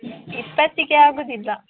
ಇಪ್ಪತ್ತಕ್ಕೆ ಆಗೋದಿಲ್ಲ